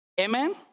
Amen